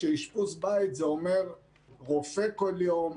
שאשפוז בית זה אומר - רופא כל יום,